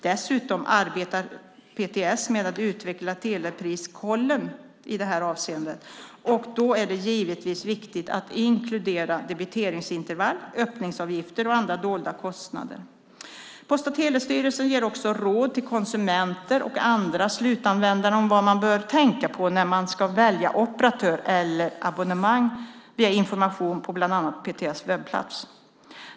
Dessutom arbetar PTS med att utveckla Telepriskollen i det här avseendet, och då är det givetvis viktigt att inkludera debiteringsintervall, öppningsavgifter och andra dolda kostnader. PTS ger också råd till konsumenter och andra slutanvändare om vad man bör tänka på när man ska välja operatör eller abonnemang, via information på bland annat PTS webbplats.